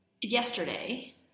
yesterday